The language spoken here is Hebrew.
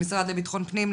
למשרד לביטחון פנים,